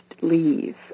leave